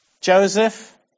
Joseph